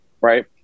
right